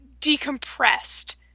decompressed